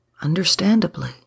Understandably